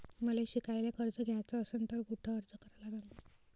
मले शिकायले कर्ज घ्याच असन तर कुठ अर्ज करा लागन?